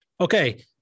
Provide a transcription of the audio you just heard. okay